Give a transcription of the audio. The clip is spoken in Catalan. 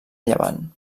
llevant